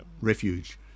refuge